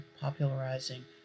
popularizing